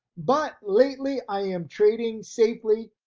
but lately i am trading safely